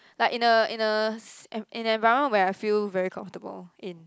like in a in a s~ in an environment where I feel very comfortable in